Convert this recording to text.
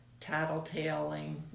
tattletaling